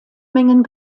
mengen